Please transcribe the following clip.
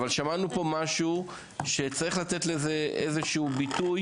אבל שמענו פה משהו שצריך לתת לו איזה שהוא ביטוי